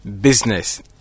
business